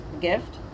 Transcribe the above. gift